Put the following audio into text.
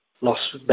lost